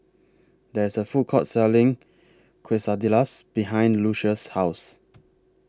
There IS A Food Court Selling Quesadillas behind Lucious' House